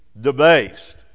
debased